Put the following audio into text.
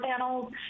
panels